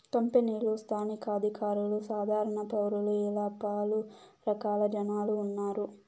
కంపెనీలు స్థానిక అధికారులు సాధారణ పౌరులు ఇలా పలు రకాల జనాలు ఉన్నారు